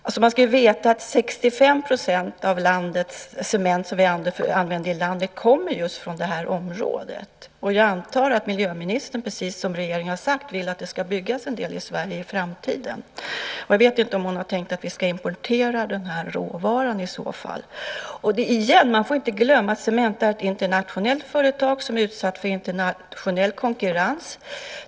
Man ska veta att 65 % av den cement vi använder i landet kommer just från detta område. Jag antar att miljöministern, precis som regeringen har sagt, vill att det ska byggas en del i Sverige i framtiden. Jag vet inte om hon har tänkt att vi i så fall ska importera denna råvara. Man får inte glömma, återigen, att Cementa är ett internationellt företag som är utsatt för internationell konkurrens.